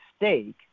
mistake